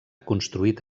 construït